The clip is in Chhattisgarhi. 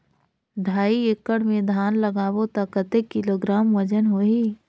ढाई एकड़ मे धान लगाबो त कतेक किलोग्राम वजन होही?